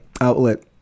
outlet